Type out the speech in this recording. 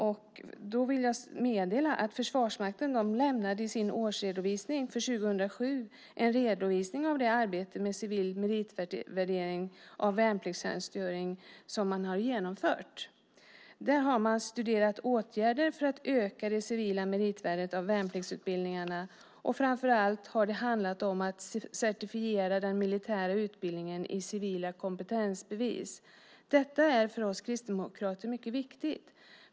Jag vill meddela att Försvarsmakten i sin årsredovisning för 2007 lämnade en redovisning av det arbete med civil meritvärdering av värnpliktstjänstgöring som man har genomfört. Man har studerat åtgärder för att öka det civila meritvärdet av värnpliktsutbildningarna. Framför allt har det handlat om att certifiera den militära utbildningen i civila kompetensbevis. Detta är för oss kristdemokrater mycket viktigt.